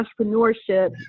entrepreneurship